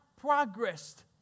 progressed